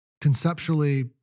conceptually